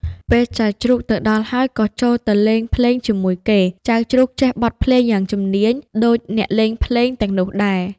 ពេលចៅជ្រូកទៅដល់ហើយក៏ចូលទៅលេងភ្លេងជាមួយគេ ចៅជ្រូកចេះបទភ្លេងយ៉ាងជំនាញដូចអ្នកលេងភ្លេងទាំងនោះដែរ។